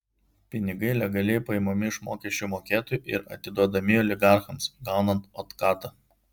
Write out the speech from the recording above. pinigai legaliai paimami iš mokesčių mokėtojų ir atiduodami oligarchams gaunant otkatą